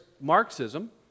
Marxism